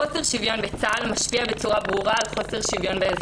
חוסר שוויון בצה"ל משפיע בצורה ברורה על חוסר שוויון באזרחות.